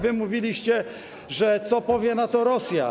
Wy mówiliście: Co powie na to Rosja?